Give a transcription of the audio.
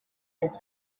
his